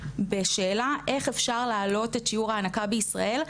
בשאלה איך אפשר להעלות את שיעור ההנקה בישראל.